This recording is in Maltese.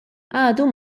għadu